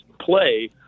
play –